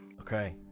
Okay